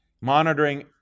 monitoring